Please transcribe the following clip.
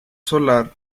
solar